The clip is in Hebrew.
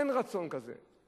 אין רצון כזה.